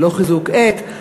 ולא חיזוק את.